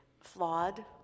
flawed